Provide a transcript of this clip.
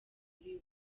muri